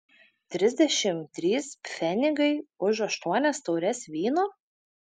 trisdešimt trys pfenigai už aštuonias taures vyno